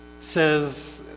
says